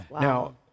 Now